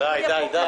תודה.